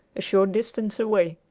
a short distance away.